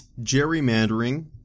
gerrymandering